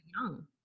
young